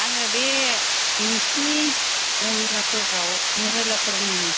आङो बे नोंसोरनि महिलाफोरनाव महिलाफोरनि